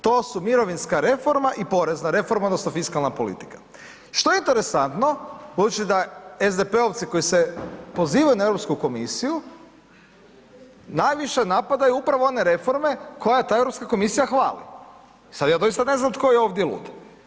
To su mirovinska reforma i porezna reforma odnosno fiskalna politika, što je interesantno budući da SDP-ovci koji se pozivaju na Europsku komisiju najviše napadaju upravo one reforme koje ta Europska komisija hvali, i sad je doista ne znam tko je ovdje lud.